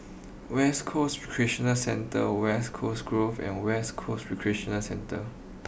West Coast Recreational Centre West Coast Grove and West Coast Recreational Centre